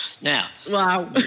Now